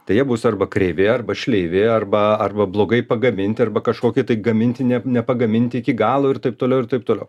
tai jie bus arba kreivi arba šleivi arba arba blogai pagaminti arba kažkoki tai gaminti ne nepagaminti iki galo ir taip toliau ir taip toliau